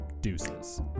deuces